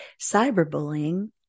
cyberbullying